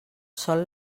sol